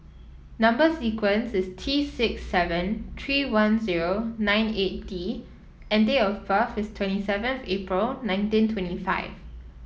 number sequence is T six seven three one zero nine eight D and date of birth is twenty seventh April nineteen twenty five